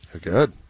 Good